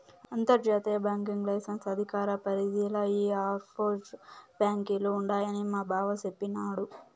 అంతర్జాతీయ banking licence అధికార పరిదిల ఈ ఆప్షోర్ బాంకీలు ఉండాయని మాబావ సెప్పిన్నాడు